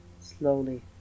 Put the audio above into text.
Slowly